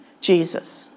Jesus